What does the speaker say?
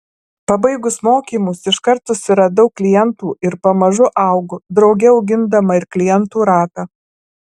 pabaigus mokymus iškart susiradau klientų ir pamažu augu drauge augindama ir klientų ratą